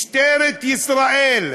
משטרת ישראל,